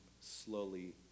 slowly